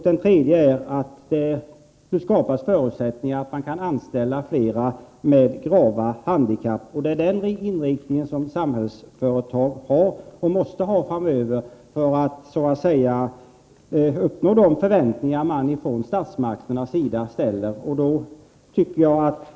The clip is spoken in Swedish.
Den tredje är att skapa förutsättningar för att anställa flera med grava handikapp. Samhällsföretag har och måste ha den inriktningen för att kunna infria de förväntningar som statsmakterna ställer.